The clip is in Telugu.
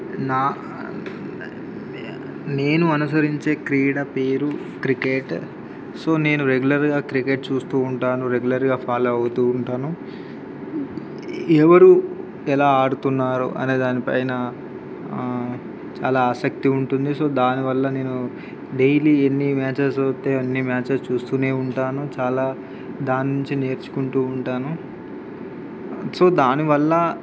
నా నేను అనుసరించే క్రీడ పేరు క్రికెట్ సో నేను రెగ్యులర్గా క్రికెట్ చూస్తు ఉంటాను రెగ్యులర్గా ఫాలో అవుతు ఉంటాను ఎవరు ఎలా ఆడుతున్నారు అనే దాని పైన చాలా ఆసక్తి ఉంటుంది సో దానివల్ల నేను డైలీ ఎన్ని మ్యాచెస్ అయితే అన్నీ మ్యాచెస్ చూస్తు ఉంటాను చాలా దాని నుంచి నేర్చుకుంటు ఉంటాను సో దాని వల్ల